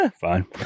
fine